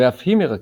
ואף היא מרכזת.